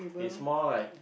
it's more like